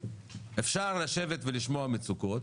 אפשר לשבת ולשמוע מצוקות